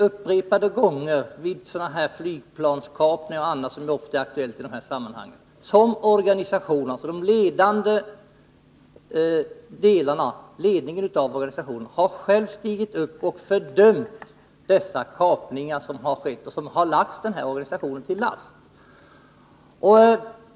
Ledningen för PFLP-GC har upprepade gånger fördömt flygplanskapningar och andra sådana terroristdåd som förekommer och som har lagts denna organisation till last.